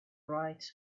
bright